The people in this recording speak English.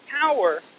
power